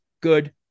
Good